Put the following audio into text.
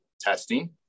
testing